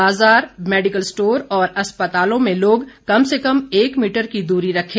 बाजार medical store और अस्पतालों में लोग कम से कम एक मीटर की दूरी रखें